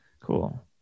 Cool